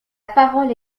parole